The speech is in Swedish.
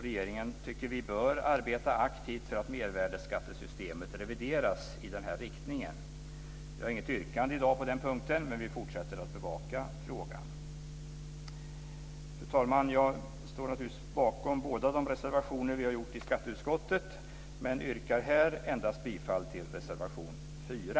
Regeringen bör arbeta aktivt för att mervärdesskattesystemet revideras i den riktningen. Jag har i dag inget yrkande på den punkten, men vi fortsätter att bevaka frågan. Fru talman! Jag står naturligtvis bakom både de reservationer vi har gjort i skatteutskottet men yrkar här endast bifall till reservation 4.